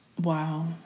Wow